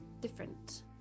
different